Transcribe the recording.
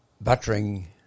buttering